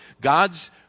God's